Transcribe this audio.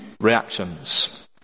reactions